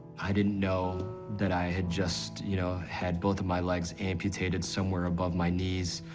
i didn't know that i had just, you know, had both of my legs amputated somewhere above my knees,